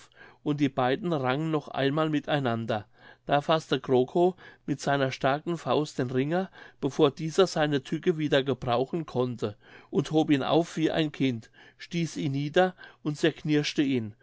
und die beiden rangen noch einmal mit einander da faßte krokow mit seiner starken faust den ringer bevor dieser seine tücke wieder gebrauchen konnte und hob ihn auf wie ein kind stieß ihn nieder und zerknirschte ihn